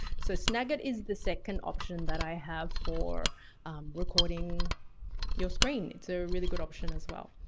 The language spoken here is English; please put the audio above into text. so snagit is the second option that i have for recording your screen. it's a really good option as well.